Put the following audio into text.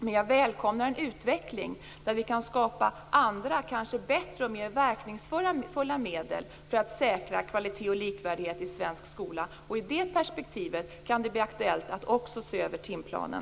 Men jag välkomnar en utveckling där vi kan skapa andra, kanske bättre och mer verkningsfulla medel för att säkra kvalitet och likvärdighet i svensk skola. I det perspektivet kan det bli aktuellt att också se över timplanen.